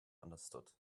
understood